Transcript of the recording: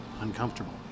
uncomfortable